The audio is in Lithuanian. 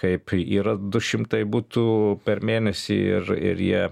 kaip yra du šimtai butų per mėnesį ir ir jie